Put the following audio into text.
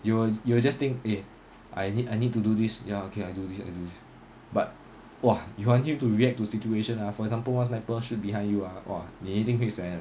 you will you will just think eh I need I need to do this ya okay I do this I do this but !wah! you want you to react to situation for example one sniper shoot behind you ah 你一定会 seh 的